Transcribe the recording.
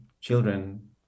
children